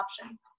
options